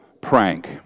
prank